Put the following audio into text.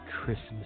Christmas